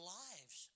lives